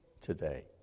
today